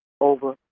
over